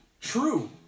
True